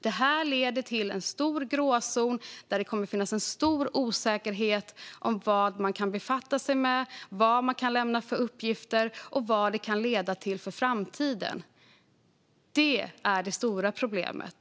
Detta leder till en stor gråzon där det kommer att finnas stor osäkerhet gällande vad man kan befatta sig med, vad man kan lämna för uppgifter och vad det kan leda till i framtiden. Det är det stora problemet.